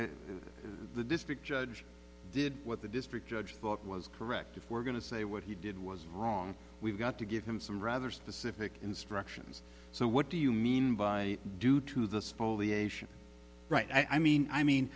guess the district judge did what the district judge thought was correct if we're going to say what he did was wrong we've got to give him some rather specific instructions so what do you mean by do to the spoliation right i mean i mean